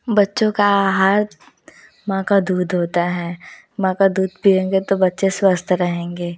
बच्चों का आहार माँ का दूध होता है माँ का दूध पिएंगे तो बच्चे स्वस्थ रहेंगे